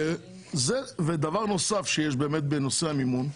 דבר נוסף בנושא המימון.